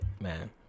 man